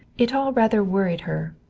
it all rather worried her,